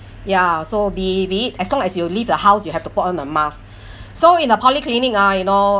ya so be be it as long as you leave the house you have to put on a mask so in a polyclinic ah you know